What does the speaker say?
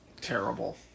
terrible